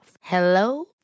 Hello